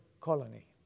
colony